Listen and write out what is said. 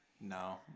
No